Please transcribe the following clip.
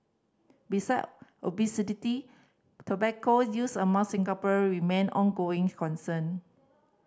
beside tobacco use among Singaporean remain ongoing concern